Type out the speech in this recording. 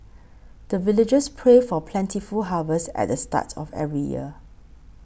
the villagers pray for plentiful harvest at the start of every year